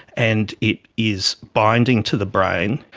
and it is binding to the brain,